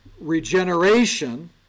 regeneration